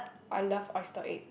I love oyster egg